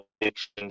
addiction